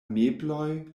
mebloj